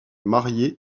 marié